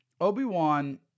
Obi-Wan